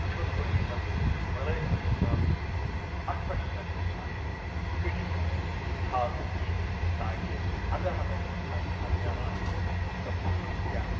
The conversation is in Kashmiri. رِشوَت خوری یِمَن مَلٲزمَن چھِ ژامٕژ اَتھ پٮ۪ٹھ ہسا گٔژھ اَکھ کٔڑی نظر تھاونہٕ یِن تاکہِ اَگر ہسا یِمَن تَنخواہ ملان چھِ تہٕ یِمَن کیٛاہ